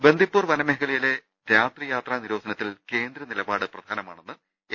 ബന്ദിപ്പൂർ വനമേഖലയിലെ രാത്രിയാത്രാ നിരോധനത്തിൽ കേന്ദ്രനില പാട് പ്രധാനമാണെന്ന് എം